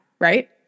right